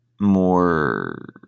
more